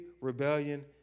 rebellion